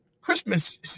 Christmas